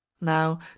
now